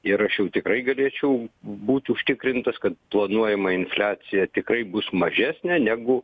ir aš jau tikrai galėčiau būt užtikrintas kad planuojama infliacija tikrai bus mažesnė negu